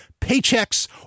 paychecks